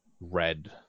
red